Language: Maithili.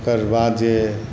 ओकर बाद जे